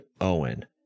Owen